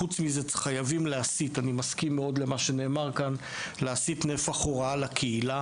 חוץ מזה אני מסכים מאוד עם מה שנאמר כאן שצריך להסיט נפח הוראה לקהילה.